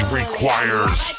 requires